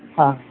ಹಾಂ